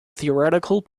theoretical